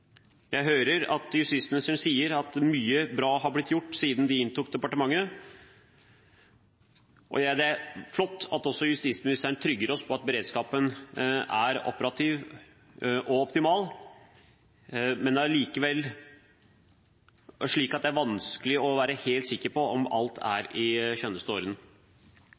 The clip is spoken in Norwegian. Jeg hører at justisministeren sier at mye bra har blitt gjort siden de inntok departementet, og det er flott at også justisministeren forsikrer oss om at beredskapen er operativ og optimal, men det er likevel slik at det er vanskelig å være helt sikker på om alt er i